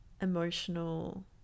emotional